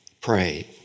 pray